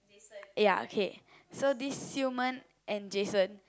ya okay so this Xi Men and Jason